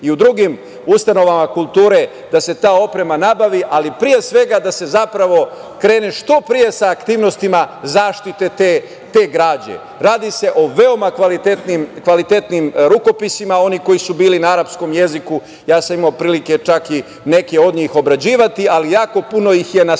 i u drugim ustanovama kulture da se ta oprema nabavi, ali pre svega da se krene što pre sa aktivnostima zaštite te građe. Radi se o veoma kvalitetnim rukopisima. Oni koji su bili na arapskom jeziku, ja sam imao prilike i neke od njih obrađivati, ali jako puno ih je na